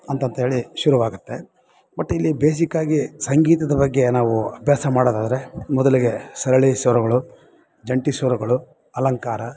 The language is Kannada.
ಅಂತಂಥೇಳಿ ಶುರುವಾಗುತ್ತೆ ಬಟ್ ಇಲ್ಲಿ ಬೇಸಿಕ್ಕಾಗಿ ಸಂಗೀತದ ಬಗ್ಗೆ ನಾವು ಅಭ್ಯಾಸ ಮಾಡೋದಾದ್ರೆ ಮೊದಲಿಗೆ ಸರಳಿ ಸ್ವರಗಳು ಜಂಟಿ ಸ್ವರಗಳು ಅಲಂಕಾರ